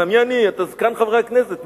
אתה זקן חברי הכנסת,